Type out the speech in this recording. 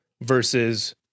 versus